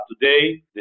today